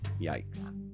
yikes